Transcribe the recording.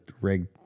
rig